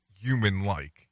human-like